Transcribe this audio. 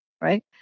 Right